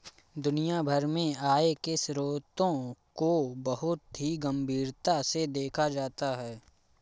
दुनिया भर में आय के स्रोतों को बहुत ही गम्भीरता से देखा जाता है